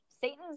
satan's